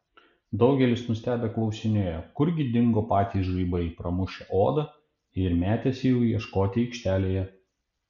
daugelis nustebę klausinėjo kurgi dingo patys žaibai pramušę odą ir metėsi jų ieškoti aikštelėje